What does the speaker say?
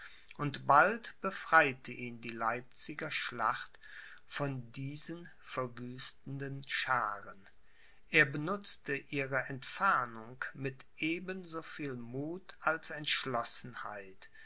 und bald befreite ihn die leipziger schlacht von diesen verwüstenden schaaren er benutzte ihre entfernung mit eben so viel muth als entschlossenheit